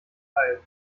teil